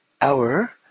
hour